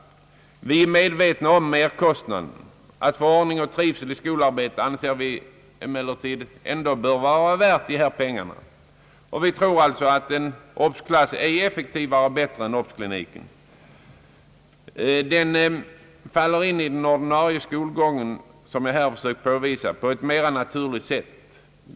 Vi är medvetna om merkostnaden. Att få ordning och trivsel i skolarbetet anser vi dock ändå vara värt dessa pengar. Vi tror alltså att en obs-klass är bättre än en obs-klinik. Obs-klassen faller in i den ordinarie skolgången, vilket vi här har försökt att påvisa, på ett mera naturligt sätt.